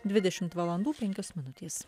dvidešimt valandų penkios minutės